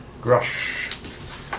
Grush